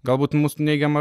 galbūt mus neigiama